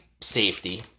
safety